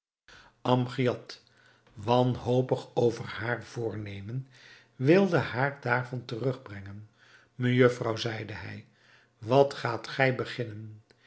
amgiad wanhopig over haar voornemen wilde haar daarvan terugbrengen mejufvrouw zeide hij wat gaat gij beginnen